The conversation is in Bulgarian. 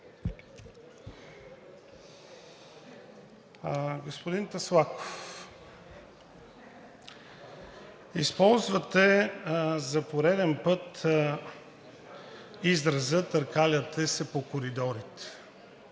Господин Таслаков, използвате за пореден път израза „търкаляте се по коридорите“.